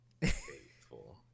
Faithful